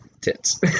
tits